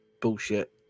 bullshit